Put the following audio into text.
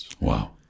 Wow